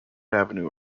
avenue